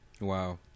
Wow